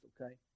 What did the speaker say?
okay